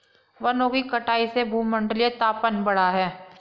वनों की कटाई से भूमंडलीय तापन बढ़ा है